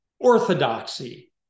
orthodoxy